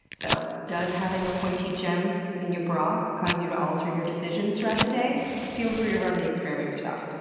so, does having a pointy gem in your bra cause you to alter your decisions throughout the day? feel free to run the experiment yourself.